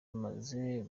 amaze